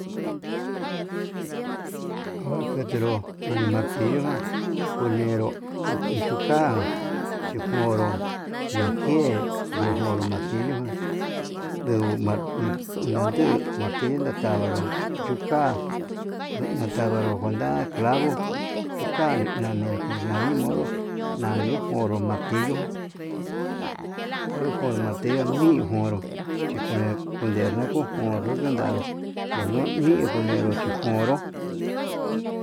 Onre ketenro nani martillo ján, kunero chuka tekonro nake chekoro martillo ján, ndeguu nanduu martillo nantangaro yuka kuendavaro, kuenta clavo chuka nani nani modo nayii onro martillo onro jo'ó martillo niujonró, chikue kundenro nojonró ndanru one ni chijonró.